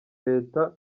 leta